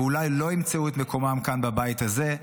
ואולי לא ימצאו את מקומם כאן בבית הזה,